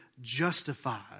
justified